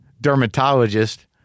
dermatologist